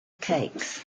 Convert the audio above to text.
cakes